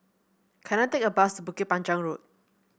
can I take a bus Bukit Panjang Road